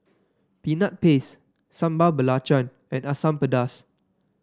Peanut Paste Sambal Belacan and Asam Pedas